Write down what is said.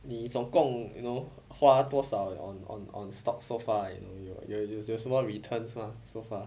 你总共 you know 花多少 on on on stocks so far you know 有有有什么 returns mah so far